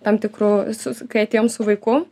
tam tikrų su kai atėjom su vaiku